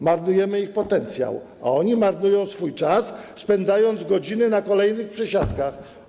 Marnujemy ich potencjał, a oni marnują swój czas, spędzając godziny na kolejnych przesiadkach.